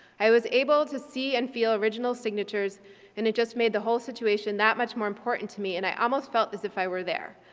i was able to see and feel original signatures and it just made the whole situation that much more important to me and i almost felt as if i were there.